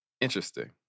Interesting